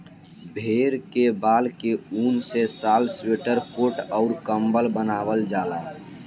भेड़ के बाल के ऊन से शाल स्वेटर कोट अउर कम्बल बनवाल जाला